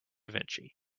vinci